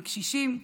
עם קשישים,